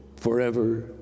forever